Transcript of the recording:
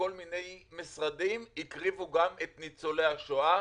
לכל מיני משרדים הקריבו גם את ניצולי השואה